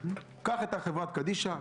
קח את החברה קדישא,